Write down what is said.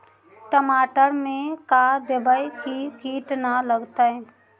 टमाटर में का देबै कि किट न लगतै?